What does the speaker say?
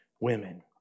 women